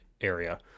area